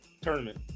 Tournament